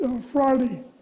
Friday